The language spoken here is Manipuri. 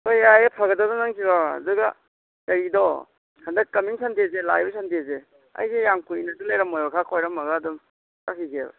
ꯍꯣꯏ ꯌꯥꯏꯌꯦ ꯐꯒꯗꯕ ꯅꯪ ꯊꯤꯔꯛꯑꯣ ꯑꯗꯨꯒ ꯀꯩꯒꯤꯗꯣ ꯍꯟꯗꯛ ꯀꯃꯤꯡ ꯁꯟꯗꯦꯁꯦ ꯂꯥꯛꯂꯤꯕ ꯁꯟꯗꯦꯁꯦ ꯑꯩꯁꯨ ꯌꯥꯝ ꯀꯨꯏꯅꯁꯨ ꯂꯩꯔꯝꯂꯣꯏꯑꯕ ꯈꯔ ꯀꯣꯏꯔꯝꯃꯒ ꯑꯗꯨꯝ ꯆꯠꯈꯤꯒꯦꯕ